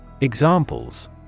Examples